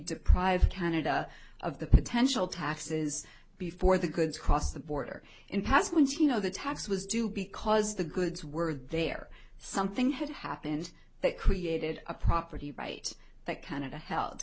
deprive canada of the potential taxes before the goods cross the border in past when she know the tax was due because the goods were there something had happened that created a property right that canada held